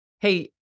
Hey